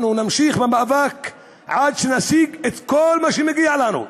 אנחנו נמשיך במאבק עד שנשיג את כל מה שמגיע לנו,